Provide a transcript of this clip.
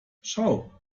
schau